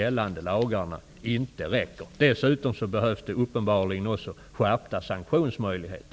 Dessutom behövs det uppenbarligen också skärpta sanktionsmöjligheter.